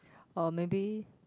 or maybe